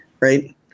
right